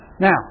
Now